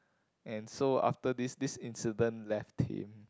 and so after this this incident left him